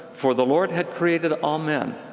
for the lord had created all men,